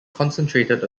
concentrated